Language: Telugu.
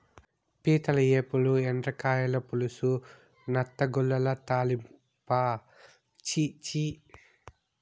పీతల ఏపుడు, ఎండ్రకాయల పులుసు, నత్తగుల్లల తాలింపా ఛీ ఛీ